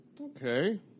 Okay